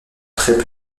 très